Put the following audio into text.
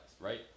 right